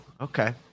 okay